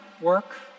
work